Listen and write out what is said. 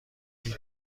هیچ